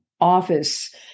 office